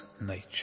nature